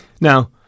Now